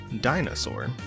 dinosaur